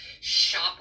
shop